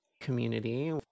community